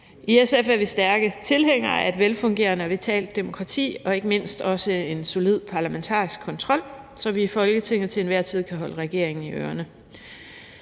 I SF er vi stærke tilhængere af et velfungerende og vitalt demokrati og ikke mindst også en solid parlamentarisk kontrol, så vi i Folketinget til enhver tid kan holde regeringen i ørerne.